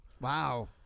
Wow